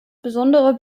besondere